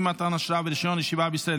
אי-מתן אשרה ורישיון ישיבה בישראל),